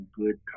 good